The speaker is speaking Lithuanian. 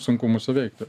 sunkumus įveikti